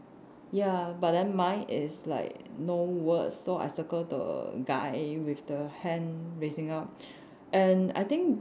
ya but then mine is like no words so I circle the guy with the hand raising up and I think